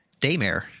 daymare